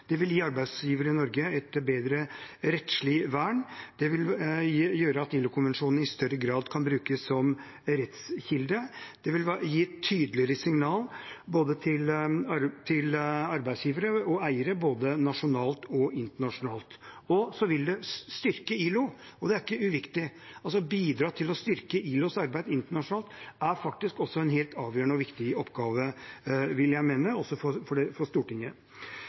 Det vil gi arbeidsgivere i Norge et bedre rettslig vern, det vil gjøre at ILO-konvensjonene i større grad kan brukes som rettskilde, og det vil gi et tydeligere signal til både arbeidsgivere og eiere, både nasjonalt og internasjonalt. Det vil styrke ILO, og – det er ikke uviktig – å bidra til å styrke ILOs arbeid internasjonalt er også er en helt avgjørende viktig oppgave, vil jeg mene, for